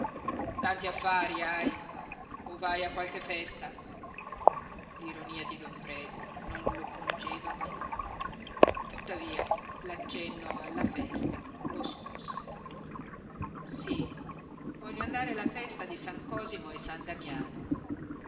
tanti affari hai o vai a qualche festa l'ironia di don predu non lo pungeva piú tuttavia l'accenno alla festa lo scosse sí voglio andare alla festa di san cosimo e san damiano